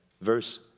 Verse